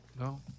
no